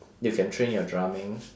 you can train your drumming